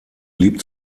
blieb